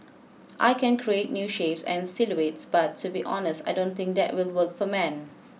I can create new shapes and silhouettes but to be honest I don't think that will work for men